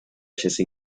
scese